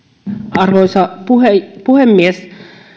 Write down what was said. arvoisa puhemies